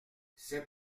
c’est